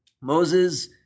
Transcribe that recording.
Moses